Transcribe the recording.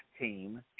team